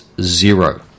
zero